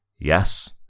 yes